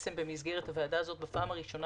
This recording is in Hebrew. במסגרת הוועדה הזאת קיימת בפעם הראשונה